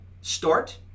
start